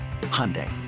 Hyundai